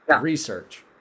research